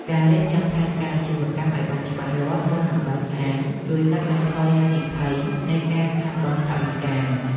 ការរៀបចំផែនការអាជីវកម្មឱ្យបានច្បាស់លាស់មុននឹងបើកហាងជួយកាត់បន្ថយហានិភ័យនៃការខាតបង់ថវិកា។